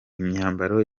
imyambaro